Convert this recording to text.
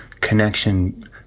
connection